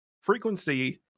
Frequency